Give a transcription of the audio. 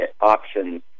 options